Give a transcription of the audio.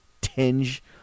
tinge